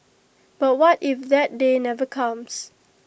but what if that day never comes